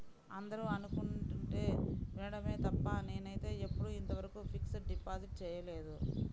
అందరూ అనుకుంటుంటే వినడమే తప్ప నేనైతే ఎప్పుడూ ఇంతవరకు ఫిక్స్డ్ డిపాజిట్ చేయలేదు